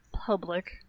public